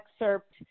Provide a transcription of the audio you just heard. excerpt